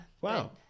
Wow